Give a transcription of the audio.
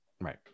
right